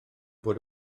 bod